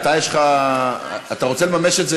אתה רוצה לממש את זה,